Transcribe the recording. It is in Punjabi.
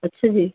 ਅੱਛਾ ਜੀ